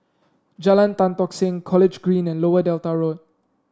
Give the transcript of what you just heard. Jalan Tan Tock Seng College Green and Lower Delta Road